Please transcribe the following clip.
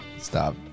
stop